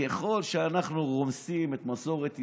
ככל שאנחנו הורסים את מסורת ישראל,